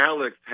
Alex